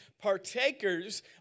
partakers